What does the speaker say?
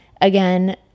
again